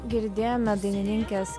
girdėjome dainininkės